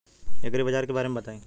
एग्रीबाजार के बारे में बताई?